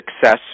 success